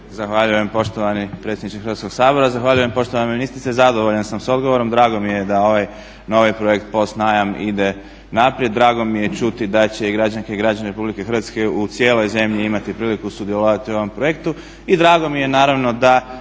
Zahvaljujem poštovani predsjedniče Hrvatskog sabora. Zahvaljujem poštovana ministrice, zadovoljan sam s odgovorom. Drago mi je da ovaj novi projekt "POS najam" ide naprijed, drago mi je čuti da će građanke i građani RH u cijeloj zemlji imati priliku sudjelovati u ovom projektu i drago mi je da